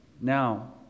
Now